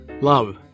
Love